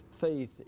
faith